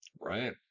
Right